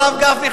הרב גפני,